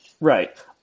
Right